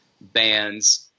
bands